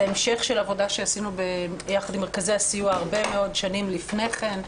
זה המשך של עבודה שעשינו ביחד עם מרכזי הסיוע הרבה מאוד שנים לפני כן.